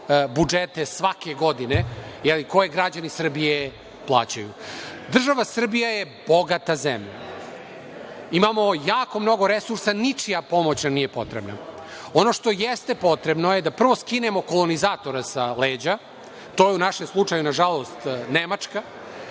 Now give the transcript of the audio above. budžete svake godine, koje građani Srbije plaćaju. Država Srbija je bogata zemlja. Imamo jako mnogo resursa. Ničija pomoć nam nije potrebna. Ono što jeste potrebno je da prvo skinemo kolonizatore sa leđa. To je u našem slučaju, nažalost, Nemačka,